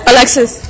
Alexis